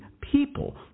People